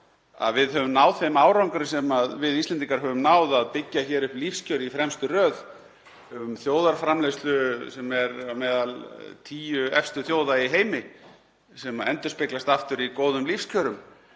höfum náð þeim árangri sem við höfum náð, í að byggja upp lífskjör í fremstu röð, um þjóðarframleiðslu sem er á meðal tíu efstu þjóða í heimi, sem endurspeglast aftur í góðum lífskjörum,